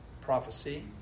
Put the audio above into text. prophecy